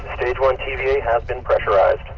stage one tva has been pressurized.